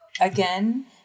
Again